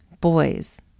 boys